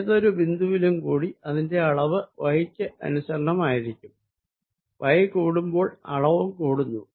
ഏതൊരു പോയിന്റിലും ഇതിന്റെ അളവ് y ക്ക് അനുസരണം ആയിരിക്കും y കൂടുമ്പോൾ അളവും കൂടുന്നു